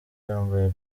yambaye